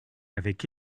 avec